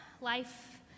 life